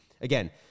again